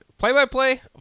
play-by-play